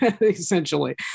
essentially